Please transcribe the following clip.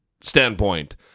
standpoint